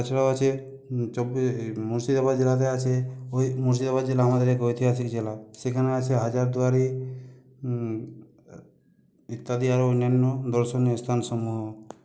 তাছাড়াও আছে মুর্শিদাবাদ জেলাতে আছে ঐ মুর্শিদাবাদ জেলা আমাদের এক ঐতিহাসিক জেলা সেখানে আছে হাজার দুয়ারী ইত্যাদি আরও অন্যান্য দর্শনীয় স্থান সমূহ